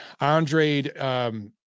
Andre